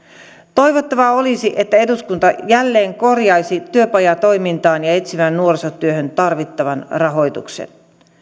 toivottavaa olisi että eduskunta jälleen korjaisi työpajatoimintaan ja etsivään nuorisotyöhön tarvittavan rahoituksen